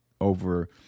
over